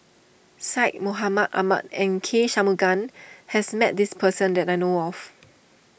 Syed Mohamed Ahmed and K Shanmugam has met this person that I know of